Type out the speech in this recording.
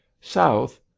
south